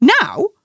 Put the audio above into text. Now